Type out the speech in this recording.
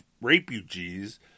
refugees